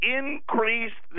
increase